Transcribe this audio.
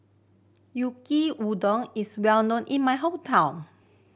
Yaki Udon is well known in my hometown